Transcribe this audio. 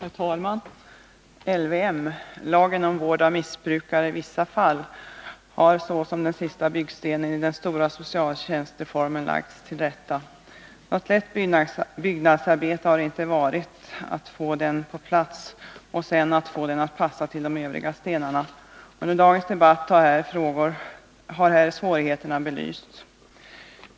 Herr talman! LVM-lagen om vård av missbrukare i vissa fall har såsom den sista byggstenen i den stora socialtjänstreformen lagts till rätta. Det har inte varit något lätt byggnadsarbete att få den på plats och att få den att passa till de övriga stenarna. Under dagens debatt har svårigheterna belysts.